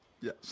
Yes